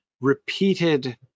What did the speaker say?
repeated